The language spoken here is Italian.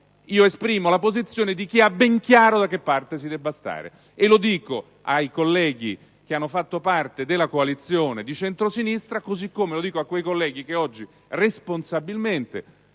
io esprimo la posizione di chi ha ben chiaro da che parte si debba stare, e lo dico ai colleghi che hanno fatto parte della coalizione di centrosinistra così come a coloro che oggi responsabilmente